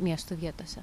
miesto vietose